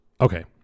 Okay